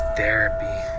therapy